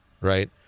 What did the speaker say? right